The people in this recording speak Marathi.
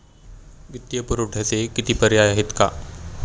वित्तीय पुरवठ्याचे किती पर्याय आहेत का?